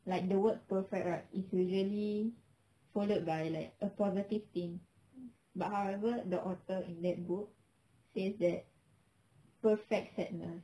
like the word perfect right is usually followed by like a positive thing but however the author in that book says that perfect sadness